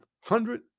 hundred